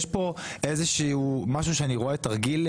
יש כאן איזשהו משהו שאני רואה תרגיל,